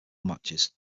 matches